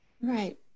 right